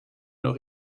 noch